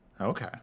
Okay